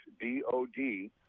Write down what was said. D-O-D